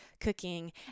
cooking